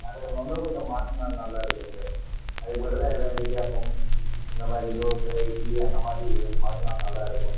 அதை இன்னும் கொஞ்சம் மாற்றுனா நல்லா இருக்கும் சார் அதுக்கு பதிலா ஏதாவது இடியாப்பம் அந்த மாதிரி தோசை இட்லி அந்த மாதிரி மாற்றுனா நல்லா இருக்கும்